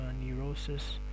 Neurosis